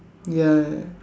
ya